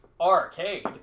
arcade